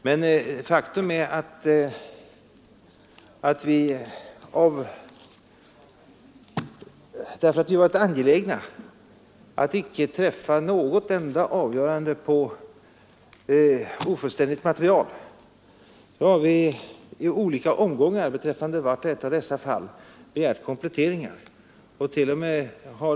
Men faktum är att därför att vi varit angelägna att icke träffa något enda avgörande på grundval av ofullständigt material har vi i olika omgångar beträffande vart och ett av dessa fall begärt kompletteringar.